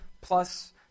plus